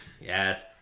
Yes